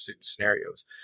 scenarios